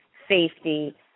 safety